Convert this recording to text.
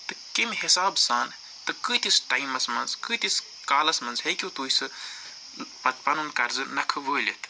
تہٕ کَمہِ حِساب سان تہٕ کۭتِس ٹایمس منٛز کۭتِس کالس منٛز ہیٚکِو تُہۍ سُہ پتہٕ پنُن قرضہٕ نکھہٕ وٲلِتھ